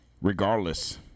Regardless